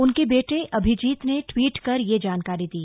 उनके बेटे अभिजीत ने ट्वीट कर यह जानकारी दी